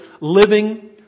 living